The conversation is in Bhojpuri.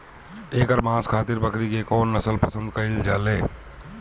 एकर मांस खातिर बकरी के कौन नस्ल पसंद कईल जाले?